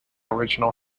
original